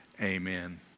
Amen